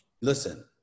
Listen